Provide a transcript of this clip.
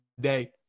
day